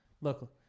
Look